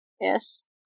Yes